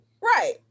Right